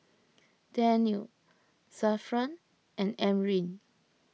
Daniel Zafran and Amrin